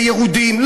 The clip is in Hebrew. וירודים.